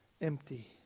empty